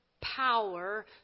power